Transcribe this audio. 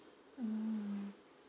mm